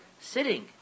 sitting